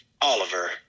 Oliver